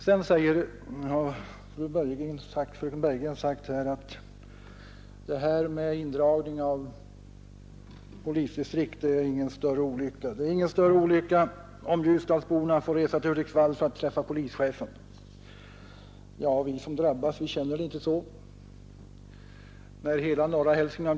Sedan sade fröken Bergegren att indragningen av polisdistrikt inte är så farlig. Det är ingen större olycka om Ljusdalsborna får resa till Hudiksvall för att träffa polischefen. Vi som drabbas av åtgärden delar emellertid inte den uppfattningen.